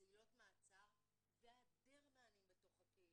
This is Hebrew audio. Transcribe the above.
זה עילות מעצר והיעדר מענים בתוך הקהילה,